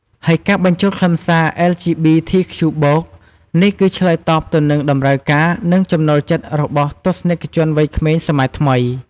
ហើយការបញ្ចូលខ្លឹមសារ អិល ជី ប៊ី ធី ខ្ជូ បូក (LGBTQ+) នេះគឺឆ្លើយតបទៅនឹងតម្រូវការ និងចំណូលចិត្តរបស់ទស្សនិកជនវ័យក្មេងសម័យថ្មី។